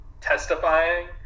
testifying